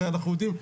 הרי אנחנו יודעים,